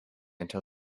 until